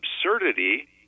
absurdity